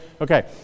Okay